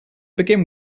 begin